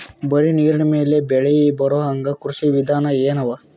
ಬರೀ ನೀರಿನ ಮೇಲೆ ಬೆಳಿ ಬರೊಹಂಗ ಕೃಷಿ ವಿಧಾನ ಎನವ?